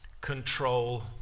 control